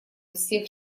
всех